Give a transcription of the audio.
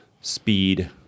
speed